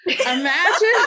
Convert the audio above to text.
Imagine